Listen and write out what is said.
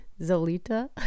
Zolita